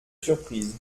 surprise